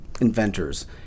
inventors